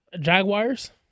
Jaguars